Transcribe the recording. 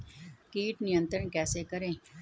कीट नियंत्रण कैसे करें?